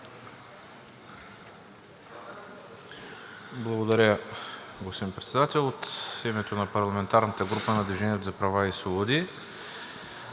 Благодаря, господин Председател. От името на парламентарната група на „Движение за права и свободи“